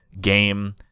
game